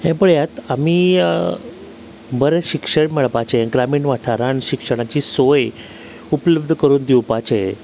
हे पळयात आमी बरें शिक्षण मेळपाचे ग्रामीण वाठारांत शिक्षणाची सोय उपलब्ध करून दिवपाचे